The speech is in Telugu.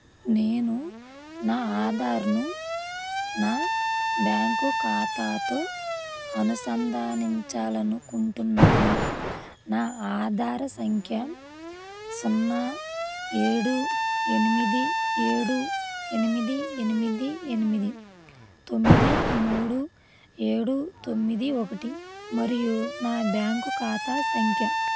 నేను నా ఆధార్ను నా బ్యాంకు ఖాతాతో అనుసంధానించాలి అనుకుంటున్నాను నా ఆధార్ సంఖ్య సున్నా ఏడు ఎనిమిది ఏడు ఎనిమిది ఎనిమిది ఎనిమిది తొమ్మిది మూడు ఏడు తొమ్మిది ఒకటి మరియు నా బ్యాంకు ఖాతా సంఖ్య